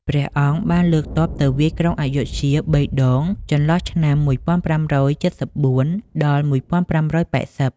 ព្រះអង្គបានលើកទ័ពទៅវាយក្រុងអយុធ្យា ៣ ដងចន្លោះឆ្នាំ ១៥៧៤-១៥៨០ ។